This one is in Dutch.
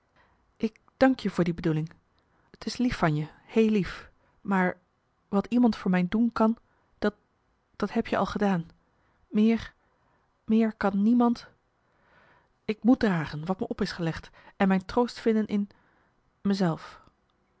ik dank je voor die bedoeling t is lief van je heel lief maar wat iemand voor mijn doen kan dat dat heb je al gedaan meer meer kan niemand ik moet dragen wat me op is gelegd en mijn troost vinden in